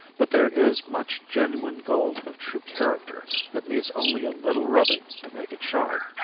but there is much genuine gold of true character that needs only a little rubbing to make it shine.